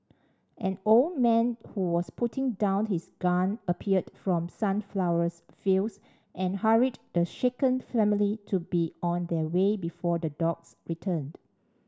an old man who was putting down his gun appeared from the sunflower fields and hurried the shaken family to be on their way before the dogs returned